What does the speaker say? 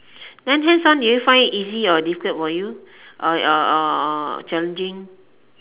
then hands on do you find it easy or difficult for you or or or challenging